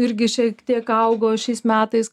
irgi šiek tiek augo šiais metais